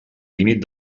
límit